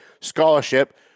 Scholarship